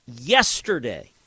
yesterday